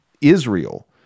Israel